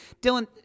Dylan